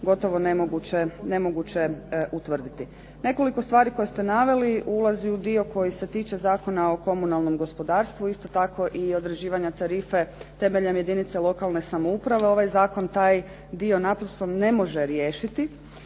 gotovo nemoguće utvrditi. Nekoliko stvari koje ste naveli ulazi u dio koji se tiče Zakona o komunalnom gospodarstvu. Isto tako i određivanja tarife temeljem jedinice lokalne samouprave. Ovaj zakon taj dio naprosto ne može riješiti.